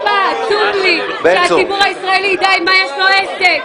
עצוב לי, שהציבור הישראלי יידע עם מה יש לו עסק.